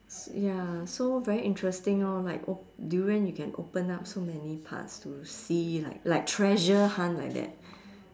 ya so very interesting orh like op~ durian you can open up so many parts to see like like treasure hunt like that